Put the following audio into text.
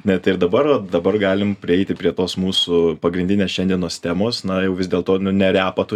net ir dabar dabar galim prieiti prie tos mūsų pagrindinės šiandienos temos na jau vis dėl to nu ne repą tu